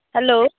hello